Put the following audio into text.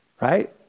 Right